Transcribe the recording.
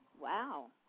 Wow